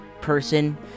person